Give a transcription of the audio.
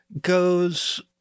goes